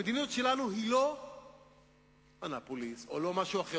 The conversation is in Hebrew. המדיניות שלנו היא לא אנאפוליס או לא משהו אחר,